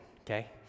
okay